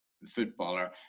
Footballer